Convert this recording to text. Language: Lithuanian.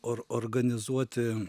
or organizuoti